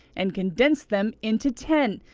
and condensed them into ten.